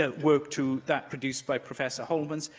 ah work to that produced by professor holmans,